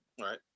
Right